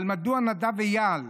אבל מדוע נדב אייל,